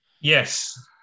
Yes